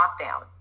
lockdown